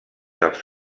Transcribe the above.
els